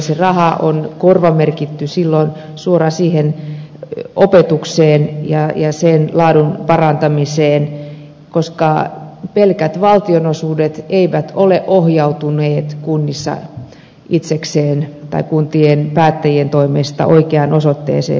se raha on korvamerkitty silloin suoraan siihen opetukseen ja sen laadun parantamiseen koska pelkät valtionosuudet eivät ole ohjautuneet kunnissa itsekseen tai kuntien päättäjien toimesta oikeaan osoitteeseen